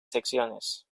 secciones